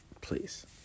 Please